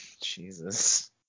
Jesus